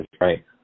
right